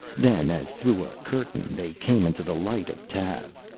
then, as through a curtain, they came into the light of tav.